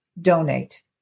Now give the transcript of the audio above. donate